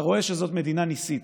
אתה רואה שזאת מדינה ניסית.